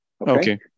Okay